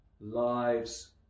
lives